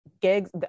gigs